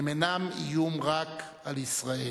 הם אינם איום רק על ישראל.